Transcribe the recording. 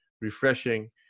refreshing